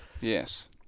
Yes